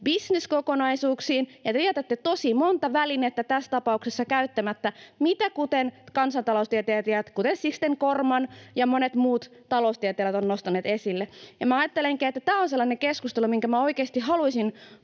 bisneskokonaisuuksiin ja te jätätte tässä tapauksessa käyttämättä tosi monta välinettä, mitä kansantaloustieteilijät, kuten Sixten Korkman ja monet muut taloustieteilijät, ovat nostaneet esille. Ja minä ajattelenkin, että tämä on sellainen keskustelu, minkä minä oikeasti haluaisin